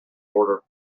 order